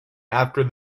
after